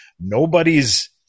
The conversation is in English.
Nobody's